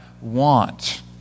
want